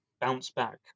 bounce-back